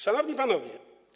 Szanowni Panowie!